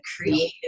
creative